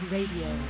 Radio